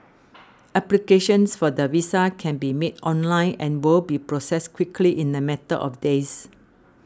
applications for the visa can be made online and will be processed quickly in a matter of days